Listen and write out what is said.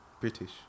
British